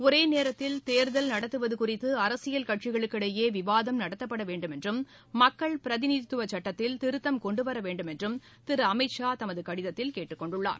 ஒரேநேரத்தில் தேர்தல் நடத்துவதுகுறித்துஅரசியல் கட்சிகளுக்கிடையேவிவாதம் நடத்தப்படவேண்டுமென்றும் மக்கள் பிரதிநிதித்துவசுட்டத்தில் திருத்தம் கொண்டுவரவேண்டுமென்றும் திருஅமித்ஷா தமதுகடிதத்தில் கேட்டுக் கொண்டுள்ளார்